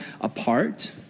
apart